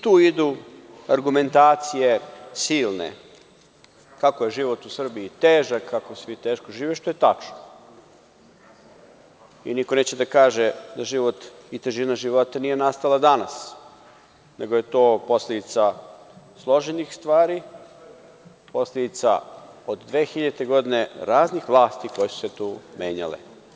Tu idu silne argumentacije kako je život u Srbiji težak, kako svi teško žive, što je tačno i niko neće da kaže da je težina života nastala danas, nego je to posledica složenih stvari, posledica od 2000. godine raznih vlasti koje su se tu menjale.